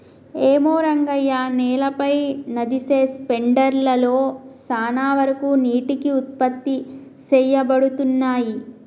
ఏమో రంగయ్య నేలపై నదిసె స్పెండర్ లలో సాన వరకు నీటికి ఉత్పత్తి సేయబడతున్నయి